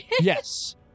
Yes